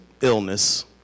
illness